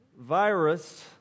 virus